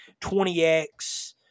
20X